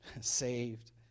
saved